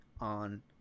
on